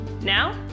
Now